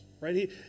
right